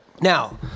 Now